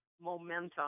momentum